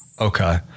Okay